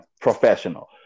professional